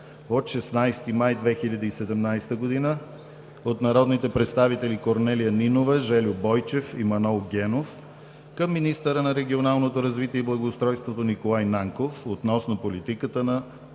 от 16 май 2017 г. от народните представители Корнелия Нинова, Жельо Бойчев и Манол Генов към министъра на регионалното развитие и благоустройството Николай Нанков относно политиката на